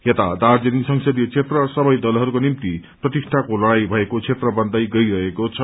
याता दार्जीलिङ संसदीय क्षेत्र सबै दलहरूको निम्ति प्रतिष्हानको लड़ाई भएको क्षेत्र बन्दै गईरहेको छ